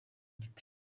gite